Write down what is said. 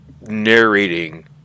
narrating